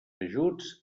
ajuts